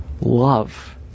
love